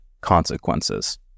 consequences